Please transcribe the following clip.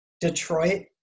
Detroit